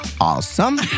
Awesome